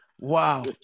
Wow